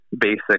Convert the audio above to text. basic